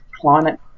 Climate